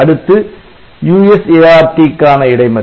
அடுத்து USART க்கான இடைமறி